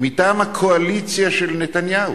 מטעם הקואליציה של נתניהו.